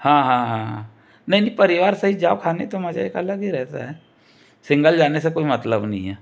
हाँ हाँ हाँ हाँ नहीं नहीं परिवार सहित जाओ खाने तो मजा एक अलग ही रहता है सिंगल जाने से कोई मतलब नहीं है